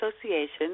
Association